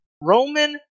Roman